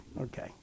Okay